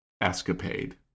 escapade